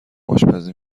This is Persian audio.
آشپزی